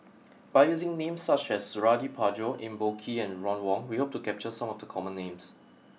by using names such as Suradi Parjo Eng Boh Kee and Ron Wong we hope to capture some of the common names